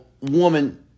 woman